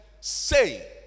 say